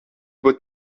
beau